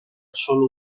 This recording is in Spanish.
sólo